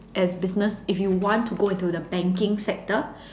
as business if you want to go into the banking sector